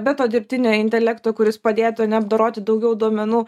be to dirbtinio intelekto kuris padėtų ane apdoroti daugiau duomenų